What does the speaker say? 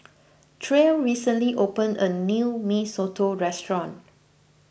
Tre recently opened a new Mee Soto restaurant